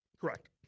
Correct